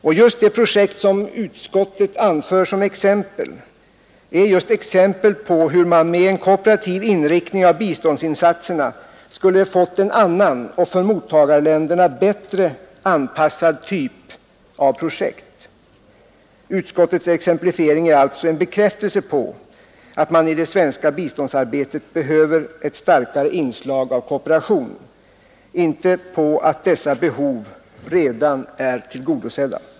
Och just de projekt som utskottet anför ger exempel på hur man med en kooperativ inriktning av biståndsinsatserna skulle fått en annan och för mottagarländerna bättre anpassad typ av projekt. Utskottets exemplifiering är alltså en bekräftelse på att man i det svenska biståndsarbetet behöver ett starkare inslag av kooperation, inte på att dessa behov redan är tillgodosedda.